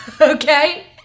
Okay